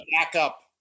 Backup